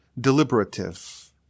deliberative